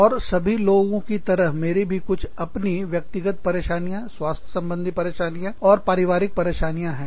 और सभी लोगों की तरह मेरी भी कुछ अपनी व्यक्तिगत परेशानियां स्वास्थ्य संबंधी परेशानियां और पारिवारिक परेशानियां हैं